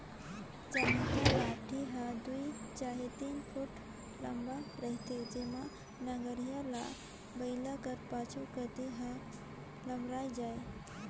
चमेटा लाठी हर दुई चहे तीन फुट लम्मा रहथे जेम्हा नगरिहा ल बइला कर पाछू कती हर लमराए जाए